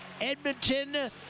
Edmonton